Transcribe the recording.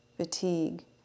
fatigue